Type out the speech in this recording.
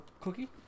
Cookie